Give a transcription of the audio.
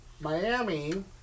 Miami